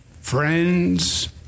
friends